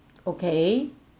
okay